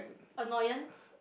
annoyance